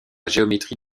géométrie